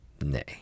Nay